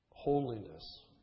Holiness